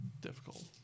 difficult